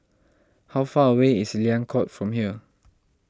how far away is Liang Court from here